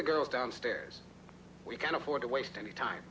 the girls downstairs we can't afford to waste any time